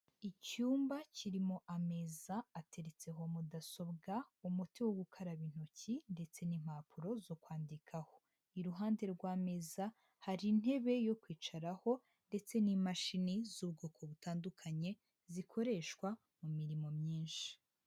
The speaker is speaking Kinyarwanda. Icyumba kirimo ameza ateretseho mudasobwa, umuti wo gukaraba intoki ndetse n'impapuro zo kwandikaho, iruhande rw'ameza hari intebe yo kwicaraho ndetse n'imashini z'ubwoko butandukanye zikoreshwa mu mirimo myinshi.